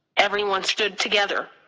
everyone stood together.